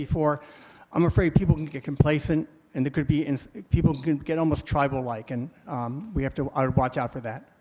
before i'm afraid people get complacent and they could be in people can get almost tribal like and we have to watch out for that